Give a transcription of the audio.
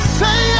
say